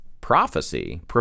prophecy